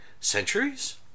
centuries